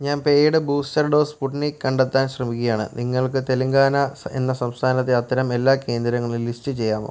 ഞാൻ paid booster dose Sputnik കണ്ടെത്താൻ ശ്രമിക്കുകയാണ് നിങ്ങൾക്ക് തെലങ്കാന സം എന്ന സംസ്ഥാനത്തെ അത്തരം എല്ലാ കേന്ദ്രങ്ങളും ലിസ്റ്റ് ചെയ്യാമോ